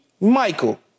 Michael